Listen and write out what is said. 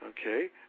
Okay